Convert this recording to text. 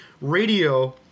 radio